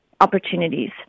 opportunities